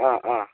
ആ ആ